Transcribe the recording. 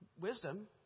wisdom